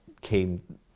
came